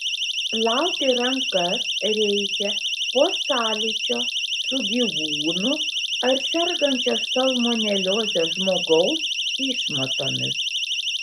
plauti rankas reikia po sąlyčio su gyvūnų ar sergančio salmonelioze žmogaus išmatomis